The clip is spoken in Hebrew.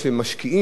של בעלים,